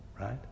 Right